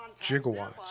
gigawatts